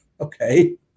Okay